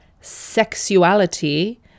sexuality